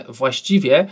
właściwie